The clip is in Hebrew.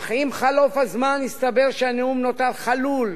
אך עם חלוף הזמן הסתבר שהנאום נותר חלול,